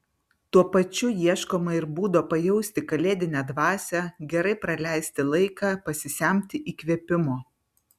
tuo pačiu ieškoma ir būdo pajausti kalėdinę dvasią gerai praleisti laiką pasisemti įkvėpimo